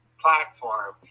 platform